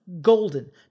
golden